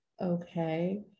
okay